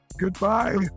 Goodbye